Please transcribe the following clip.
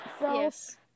Yes